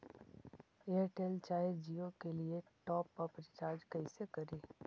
Airtel चाहे जियो के लिए टॉप अप रिचार्ज़ कैसे करी?